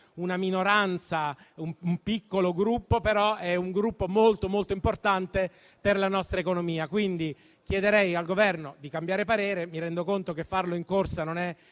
una minoranza, un piccolo gruppo, però è un gruppo molto importante per la nostra economia. Chiederei al Governo di cambiare parere. Mi rendo conto che farlo in corsa non è